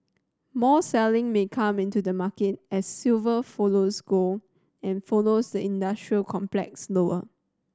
more selling may come into the market as silver follows gold and follows the industrial complex lower